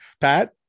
Pat